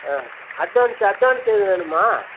ஆ advance advance எதுவும் வேணுமா